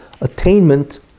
attainment